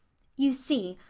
you see,